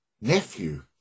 nephew